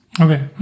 Okay